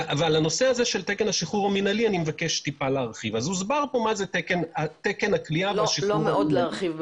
על נושא התקן המינהלי אני מבקש להרחיב -- לא להרחיב מאוד,